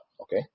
okay